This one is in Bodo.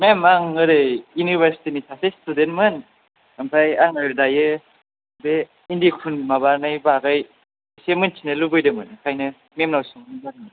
मेम आं ओरै इउनिभारसिटिनि सासे स्टुडेन्टमोन आमफ्राय आङो दायो बे इन्दि खुन माबानाय बागै एसे मिनथिनो लुगैदोंमोन ओंखायनो मेमनाव सोंहरनाय जादोंमोन